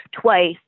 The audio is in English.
twice